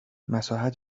مساحت